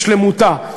בשלמותה.